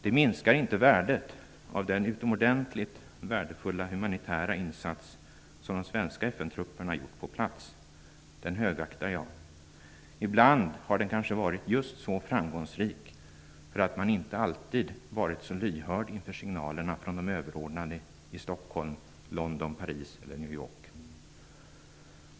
Det minskar inte värdet av den utomordentligt värdefulla humanitära insats som de svenska FN trupperna gjort på plats. Den högaktar jag. Ibland har den kanske varit just så framgångsrik för att man inte alltid varit så lyhörd inför signalerna från de överordnade i Stockholm, London, Paris eller New York.